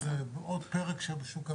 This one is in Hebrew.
נגענו בזה בעוד פרק בשוק העבודה.